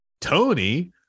Tony